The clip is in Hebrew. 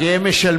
כי הם משלמים,